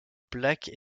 plaques